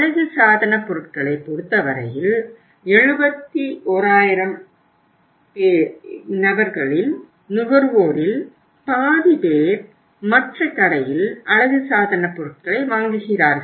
அழகுசாதனப் பொருள்களைப் பொறுத்தவரையில் 71000 பேரில் நுகர்வோரில் பாதி பேர் மற்ற கடையில் அழகுசாதனப் பொருட்களை வாங்குகிறார்கள்